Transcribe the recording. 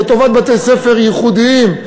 לטובת בתי-ספר ייחודיים,